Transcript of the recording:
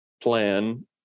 plan